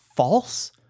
False